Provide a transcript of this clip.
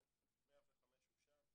105 הוא שם.